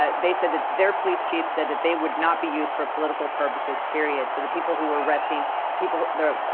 ah they said that they're pleased she said that they would not be used for political purposes period for the people who are resting people the ah.